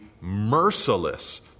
merciless